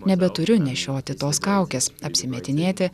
nebeturiu nešioti tos kaukes apsimetinėti